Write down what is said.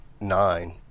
nine